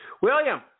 William